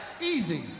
Easy